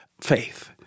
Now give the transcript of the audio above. faith